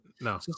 No